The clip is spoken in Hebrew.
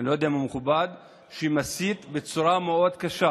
אני לא יודע אם הוא מכובד, שמסית בצורה מאוד קשה